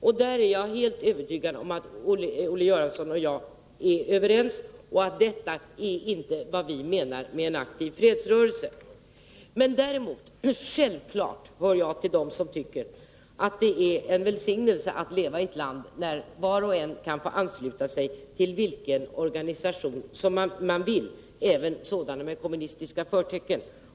Jag är helt övertygad om att Olle Göransson och jag är överens om att detta inte är vad vi menar med en aktiv fredsrörelse. Men däremot hör jag självfallet till dem som tycker att det är en välsignelse att leva i ett land där var och en kan få ansluta sig till vilken organisation han vill — även sådana med kommunistiska förtecken.